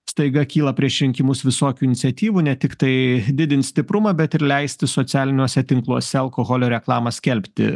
staiga kyla prieš rinkimus visokių iniciatyvų ne tiktai didint stiprumą bet ir leisti socialiniuose tinkluose alkoholio reklamą skelbti